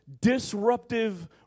disruptive